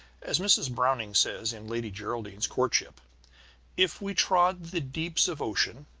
as mrs. browning says in lady geraldine's courtship if we trod the deeps of ocean,